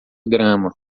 grama